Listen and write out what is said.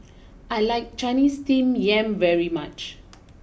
I like Chinese Steamed Yam very much